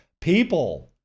People